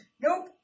Nope